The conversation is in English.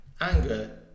anger